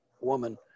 woman